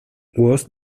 was